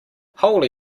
holy